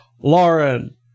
Lauren